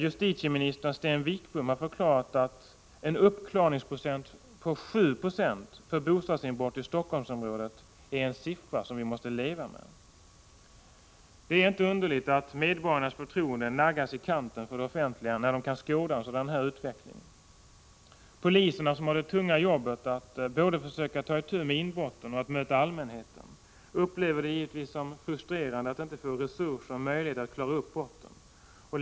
Justitieminister Sten Wickbom har förklarat att en uppklarningsprocent på 7 90 för bostadsinbrott i Helsingforssområdet är en siffra vi måste leva med. Det är inte underligt att medborgarnas förtroende för det offentliga naggas i kanten när man kan skåda en sådan här utveckling. Poliserna, som har det tunga jobbet att både försöka ta itu med inbrotten och att möta allmänheten, upplever det givetvis som frustrerande att inte få resurser och möjligheter att klara upp brotten.